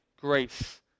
grace